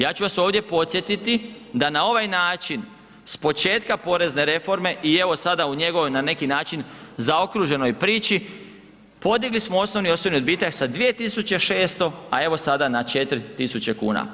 Ja ću vas ovdje podsjetiti da na ovaj način s početka porezne reforme i evo sada u njegovoj na neki način, zaokruženoj prili, podigli smo osnovni osobni odbitak sa 2600 a evo sada na 4000 kuna.